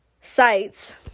sites